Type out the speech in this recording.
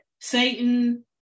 Satan